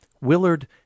Willard